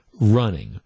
running